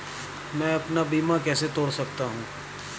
मैं अपना बीमा कैसे तोड़ सकता हूँ?